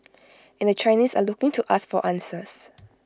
and the Chinese are looking to us for answers